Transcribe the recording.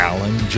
Alan